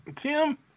Tim